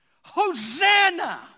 Hosanna